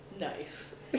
Nice